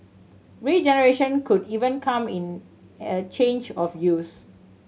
regeneration could even come in a change of use